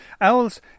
owls